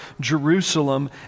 Jerusalem